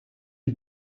who